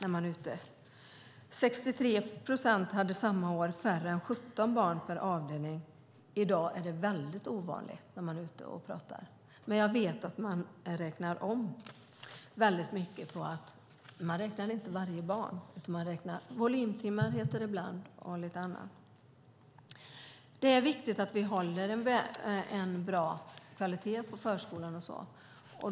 Samma år hade 63 procent färre än 17 barn per avdelning. I dag är detta väldigt ovanligt. Jag vet att man räknar om väldigt mycket. Man räknar inte varje barn, utan man räknar volymtimmar, som det heter ibland, och lite annat. Det är viktigt att vi håller en bra kvalitet i förskolan.